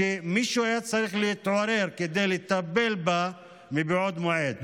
שמישהו היה צריך להתעורר כדי לטפל בה מבעוד מועד.